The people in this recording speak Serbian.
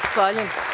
Zahvaljujem.